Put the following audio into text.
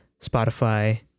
Spotify